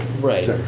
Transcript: Right